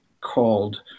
called